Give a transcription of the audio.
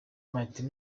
martin